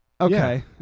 Okay